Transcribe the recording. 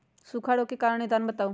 सूखा रोग के कारण और निदान बताऊ?